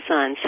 Sun